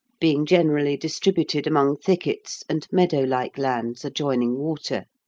being generally distributed among thickets and meadow-like lands adjoining water.